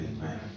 Amen